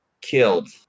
killed